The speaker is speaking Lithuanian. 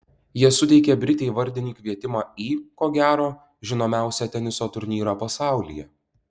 jie suteikė britei vardinį kvietimą į ko gero žinomiausią teniso turnyrą pasaulyje